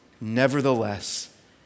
nevertheless